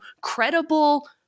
credible